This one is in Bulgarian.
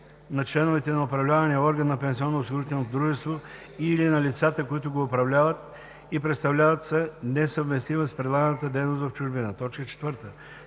на членовете на управителния орган на пенсионноосигурителното дружество и/или на лицата, които го управляват и представляват, са несъвместими с предлаганата дейност в чужбина.“ 4.